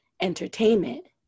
entertainment